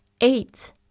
eight